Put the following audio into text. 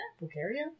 Bulgaria